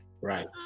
Right